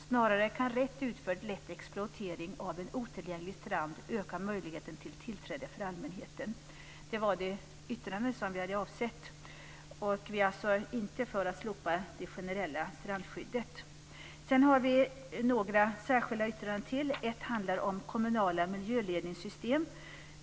En rätt utförd lätt exploatering av en otillgänglig strand kan snarare öka möjligheten till tillträde för allmänheten. Detta var det yttrande som vi hade avsett. Vi anser alltså inte att man ska slopa det generella strandskyddet. Sedan har vi några särskilda yttranden till. Ett handlar om kommunala miljöledningssystem.